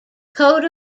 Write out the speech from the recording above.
coat